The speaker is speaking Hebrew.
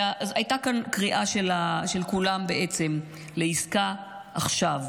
והייתה כאן קריאה של כולם לעסקה עכשיו,